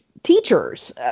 teachers